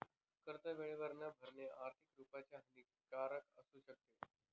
कर्ज वेळेवर न भरणे, आर्थिक रुपाने हानिकारक असू शकते